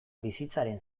bizitzaren